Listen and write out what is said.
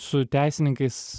su teisininkais